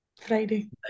friday